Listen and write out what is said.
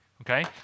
okay